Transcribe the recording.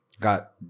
Got